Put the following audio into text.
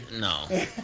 no